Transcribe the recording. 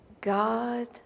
God